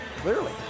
clearly